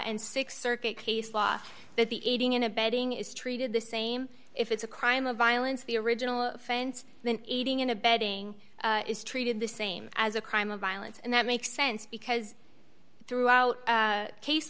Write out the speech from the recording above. and six circuit case law that the aiding and abetting is treated the same if it's a crime of violence the original offense then aiding and abetting is treated the same as a crime of violence and that makes sense because throughout case